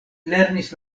lernis